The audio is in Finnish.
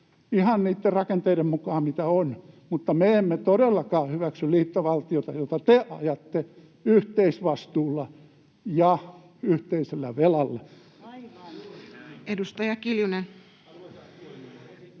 ihan niitten rakenteiden mukaan, mitä on, mutta me emme todellakaan hyväksy liittovaltiota, jota te ajatte yhteisvastuulla ja yhteisellä velalla. Edustaja Kiljunen.